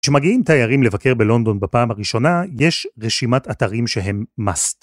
כשמגיעים תיירים לבקר בלונדון בפעם הראשונה, יש רשימת אתרים שהם מאסט.